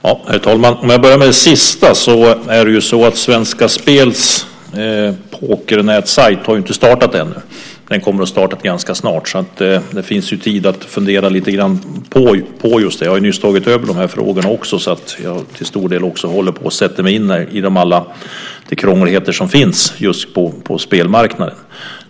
Herr talman! För att börja med det sista har ju inte Svenska Spels pokernätsajt startat än. Den kommer att starta ganska snart, så det finns ju tid att fundera lite grann på detta. Jag har ju nyligen tagit över de här frågorna, så jag håller till stor del på att sätta mig in i alla de krångligheter som finns just på spelmarknaden.